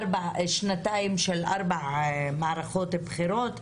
היו שנתיים שבמהלכן היו ארבע מערכות בחירות.